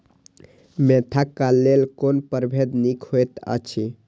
Mentha क लेल कोन परभेद निक होयत अछि?